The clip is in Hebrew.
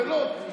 מאופס.